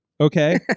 Okay